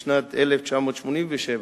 בשנת 1987,